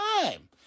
time